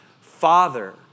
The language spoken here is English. Father